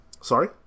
Sorry